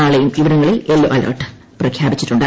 നാളെയും ഇവിടങ്ങളിൽ yellow alert പ്രഖ്യാപിച്ചിട്ടുണ്ട്